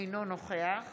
אינו נוכח